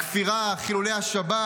הכפירה, חילולי השבת.